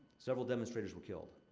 several demonstrators were killed.